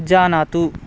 जानातु